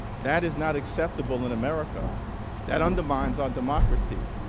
that is not acceptable in america that undermines our democracy.